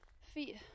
feet